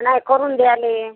नाही करून द्यायला